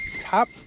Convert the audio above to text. Top